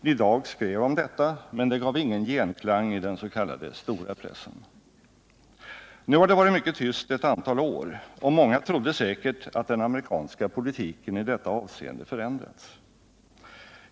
Ny Dag skrev om detta, men det gav ingen genklang i den s.k. stora pressen. Nu har det varit mycket tyst ett antal år, och många trodde säkert att den amerikanska politiken i detta avseende förändrats.